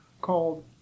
called